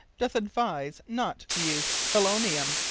doth advise not to use philonium,